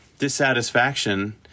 dissatisfaction